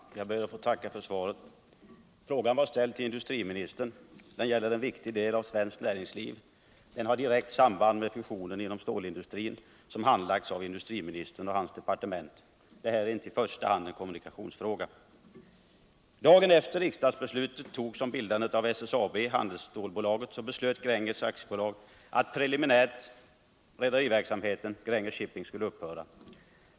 Herr talman! Jag ber att få tacka för svaret. Frågan var ställd till industriministern, Den gäller en viktig del av svenskt näringsliv. Den har direkt samband med fusionen inom stålindustrin, som handlagts av industriministern och hans departement. Det här är inte i första hand en kommunikationsfråga. Dagen efter det att riksdagsbeslutet fattades om bildandet av SSAB. handelsstålbolaget, beslöt Gränges AB preliminärt att rederiverksamheten, Gränges Shipping, skulle upphöra.